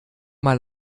mal